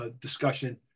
discussion